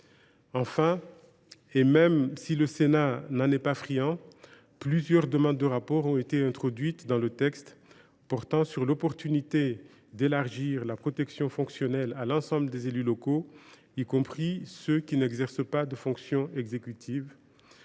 Enfin, même si le Sénat n’en est pas friand, plusieurs demandes de rapport ont été introduites dans le texte. Elles portent sur l’opportunité d’élargir la protection fonctionnelle à l’ensemble des élus locaux, y compris à ceux qui n’exercent pas de fonctions exécutives